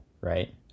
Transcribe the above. right